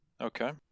Okay